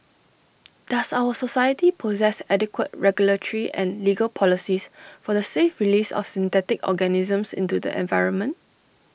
does our society possess adequate regulatory and legal policies for the safe release of synthetic organisms into the environment